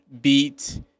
beat